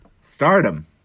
Stardom